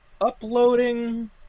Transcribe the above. uploading